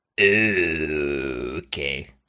Okay